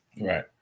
Right